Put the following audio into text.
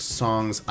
songs